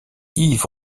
yves